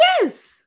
Yes